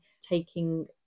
taking